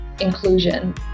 inclusion